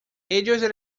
ellos